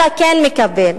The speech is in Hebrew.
אתה כן מקבל,